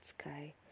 sky